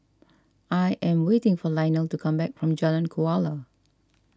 I am waiting for Lionel to come back from Jalan Kuala